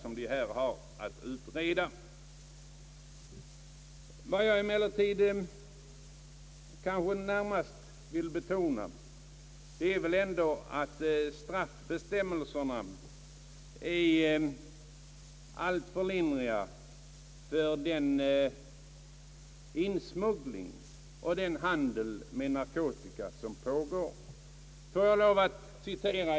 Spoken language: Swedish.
Vad jag närmast i detta sammanhang vill betona är att straffbestämmelserna när det gäller den insmuggling och den handel med narkotika som äger rum är alltför lindriga.